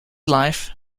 life